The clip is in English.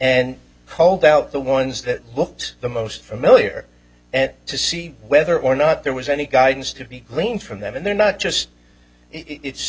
and called out the ones that looked the most familiar and to see whether or not there was any guidance to be gleaned from them and they're not just